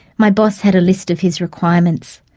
my boss had a list of his requirements.